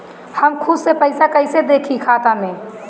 हम खुद से पइसा कईसे देखी खाता में?